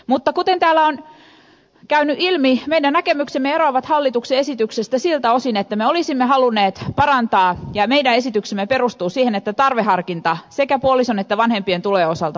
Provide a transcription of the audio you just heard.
mutta kuten täällä on käynyt ilmi meidän näkemyksemme eroavat hallituksen esityksestä siltä osin että me olisimme halunneet parantaa ja meidän esityksemme perustuu siihen että tarveharkinta sekä puolison että vanhempien tulojen osalta poistettaisiin